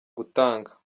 gutanga